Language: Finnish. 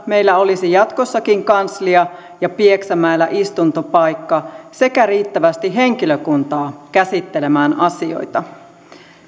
meillä olisi jatkossakin savonlinnassa kanslia ja pieksämäellä istuntopaikka sekä riittävästi henkilökuntaa käsittelemään asioita